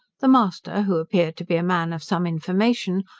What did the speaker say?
the master, who appeared to be a man of some information,